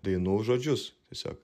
dainų žodžius tiesiog